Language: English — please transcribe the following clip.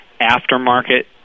aftermarket